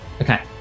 okay